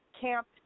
camp